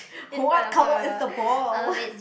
what colour is the ball